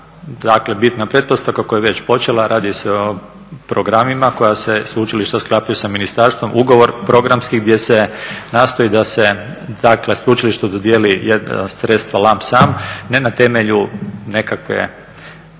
dakle bitna pretpostavka koja je već počela, a radi se programima koja sveučilišta sklapaju sa ministarstvom, ugovor programski gdje se nastoji da se sveučilištu dodijeli jedno sredstvo lam sam, ne na temelju nekakve